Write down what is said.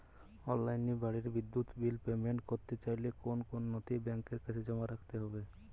অনলাইনে বাড়ির বিদ্যুৎ বিল পেমেন্ট করতে চাইলে কোন কোন নথি ব্যাংকের কাছে জমা করতে হবে?